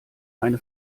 eine